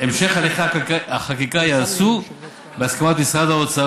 המשך הליכי החקיקה ייעשה בהסכמת משרד האוצר,